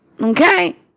Okay